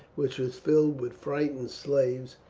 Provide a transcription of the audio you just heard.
which was filled with frightened slaves,